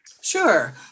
Sure